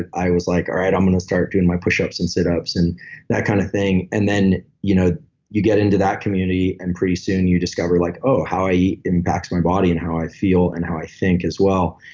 i was like, all right, i'm going to start doing my push-ups, and sit-ups and that kind of thing. and then you know you get into that community, and pretty soon you discover like oh, how i eat impacts my body and how i feel, and how i think as well.